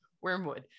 wormwood